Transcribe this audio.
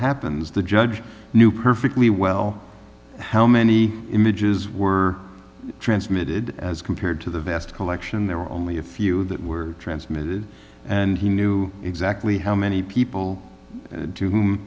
happens the judge knew perfectly well how many images were transmitted as compared to the vast collection there were only a few that were transmitted and he knew exactly how many people to whom